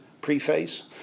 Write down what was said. Preface